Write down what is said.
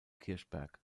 kirchberg